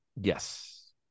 yes